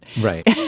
Right